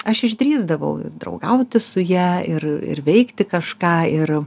aš išdrįsdavau ir draugauti su ja ir veikti kažką ir